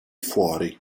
fuori